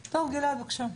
גלעד, בבקשה.